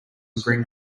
green